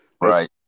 Right